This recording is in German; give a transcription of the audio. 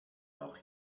noch